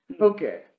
Okay